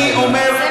אני אומר,